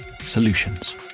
Solutions